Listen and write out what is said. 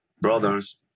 brothers